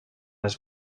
his